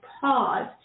pause